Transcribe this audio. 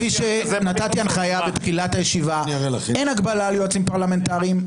נתתי הנחיה בתחילת הישיבה- אין הגבלה על יועצים פרלמנטריים,